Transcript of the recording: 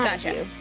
gotcha.